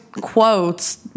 quotes